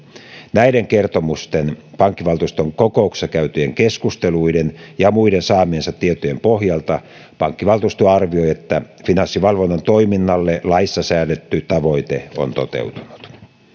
näiden kertomusten pankkivaltuuston kokouksessa käytyjen keskusteluiden ja muiden saamiensa tietojen pohjalta pankkivaltuusto arvioi että finanssivalvonnan toiminnalle laissa säädetty tavoite on toteutunut